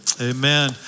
Amen